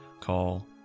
call